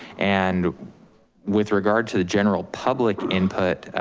and with regard to the general public input,